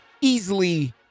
easily